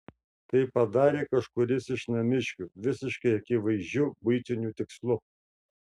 tai padarė kažkuris iš namiškių visiškai akivaizdžiu buitiniu tikslu